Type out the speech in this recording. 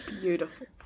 beautiful